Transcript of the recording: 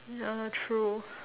ya true